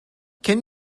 can